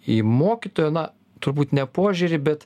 į mokytojo na turbūt ne požiūrį bet